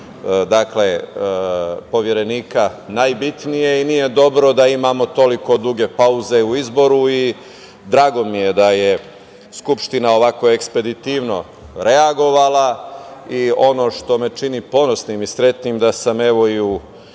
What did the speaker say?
nakon Poverenika najbitnija i nije dobro da imamo toliko duge pauze u izboru. Drago mi je da je Skupština ovako ekspeditivno reagovala. Ono što me čini ponosnim i srećnim, jeste da sam i u